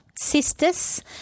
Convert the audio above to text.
Sisters